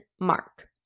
Mark